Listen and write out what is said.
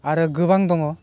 आरो गोबां दङ